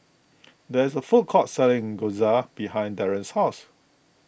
there is a food court selling Gyoza behind Daron's house